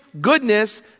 goodness